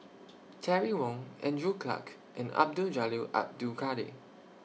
Terry Wong Andrew Clarke and Abdul Jalil Abdul Kadir